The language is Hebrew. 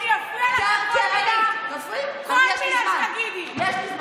את לא תגידי לי את זה.